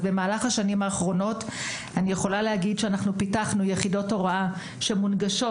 ובמהלך השנים האחרונות פיתחנו יחידות הוראה שמונגשות